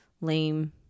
lame